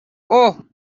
اوه